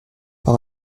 par